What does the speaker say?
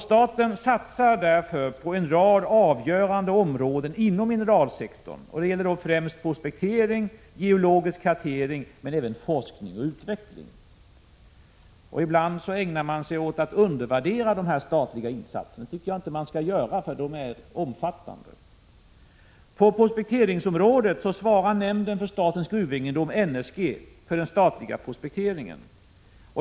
Staten satsar därför på en rad avgörande områden inom mineralsektorn, främst när det gäller prospektering, geologisk kartering men även beträffande forskning och utveckling. Ibland ägnar man sig åt att undervärdera dessa statliga insatser. Det tycker jag att man inte skall göra, för insatserna är omfattande. På prospekteringsområdet svarar nämnden för statens gruvegendom, NSG, för den statliga prospekteringen.